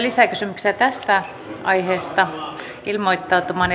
lisäkysymyksiä tästä aiheesta ilmoittautumaan